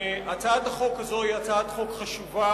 הצעת החוק הזאת היא הצעת חוק חשובה.